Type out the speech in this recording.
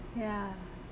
ya